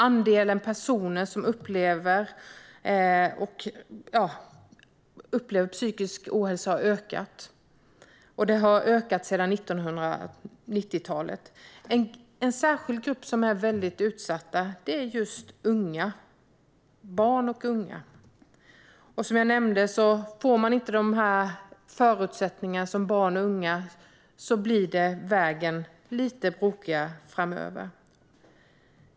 Antalet personer som upplever psykisk ohälsa har ökat, och det har ökat sedan 1990-talet. En grupp som är särskilt utsatt är barn och unga. Om barn och unga inte får de förutsättningar som jag nämnde blir vägen lite krokigare framöver.